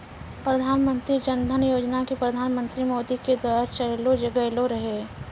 प्रधानमन्त्री जन धन योजना के प्रधानमन्त्री मोदी के द्वारा चलैलो गेलो रहै